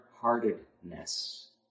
heartedness